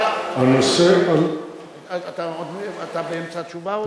הנושא, אתה באמצע התשובה?